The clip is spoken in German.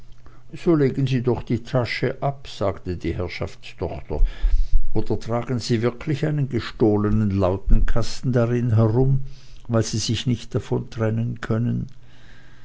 so legen sie doch die tasche ab sagte die herrschaftstochter oder tragen sie wirklich einen gestohlenen lautenkasten darin herum weil sie sich nicht davon trennen können